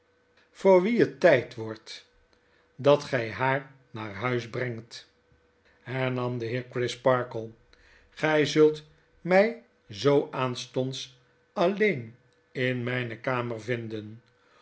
voor wie het tyd wordt dat gy haar naar huis msm het geheim van edwin dkood breugt hernam de heer crisparkle gij zult my zoo aanstonds alleen in myne kamer vinden